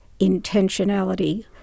intentionality